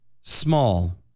small